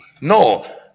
No